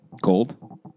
Gold